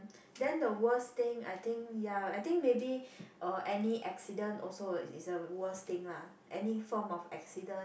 then the worst thing I think ya I think maybe uh any accident also is is a worst thing lah any form of accident